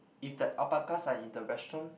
if the alpacas are in the restaurant